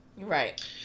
Right